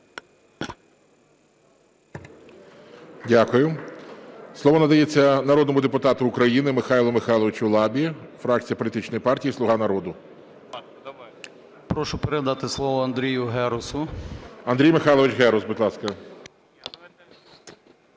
Дякую. Слово надається народному депутату України Михайлу Михайловичу Лабі, фракція політичної партії "Слуга народу". 12:50:35 ЛАБА М.М. Прошу передати слово Андрію Герусу. ГОЛОВУЮЧИЙ. Андрій Михайлович Герус, будь ласка.